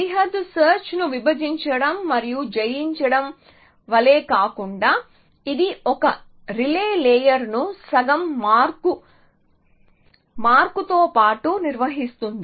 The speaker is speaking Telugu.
సరిహద్దు సెర్చ్ ను విభజించడం మరియు జయించడం వలె కాకుండా ఇది ఒక రిలే లేయర్ ను సగం మార్కు మార్కుతో పాటు నిర్వహిస్తుంది